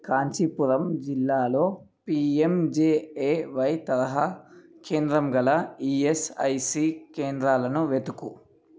కాంచీపురం జిల్లాలో పిఎమ్జేఏవై తరహా కేంద్రం గల ఈఎస్ఐసి కేంద్రాలను వెతుకు